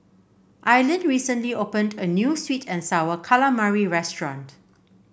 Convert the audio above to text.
Aylin recently opened a new sweet and sour calamari restaurant